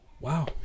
Wow